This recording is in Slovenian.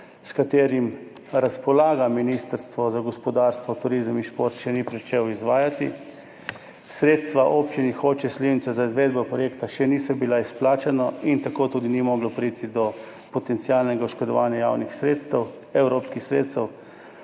s katerimi razpolaga Ministrstvo za gospodarstvo, turizem in šport, še ni pričel izvajati. Sredstva Občini Hoče - Slivnica za izvedbo projekta še niso bila izplačana in tako tudi ni moglo priti do potencialnega oškodovanja javnih sredstev, evropskih sredstev.